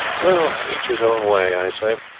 well, each his own way, i say,